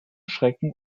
schrecken